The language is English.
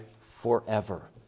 forever